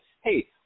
hey